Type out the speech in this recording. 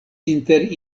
inter